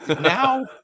now